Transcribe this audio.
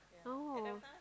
oh